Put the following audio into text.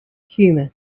hummus